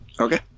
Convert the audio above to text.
Okay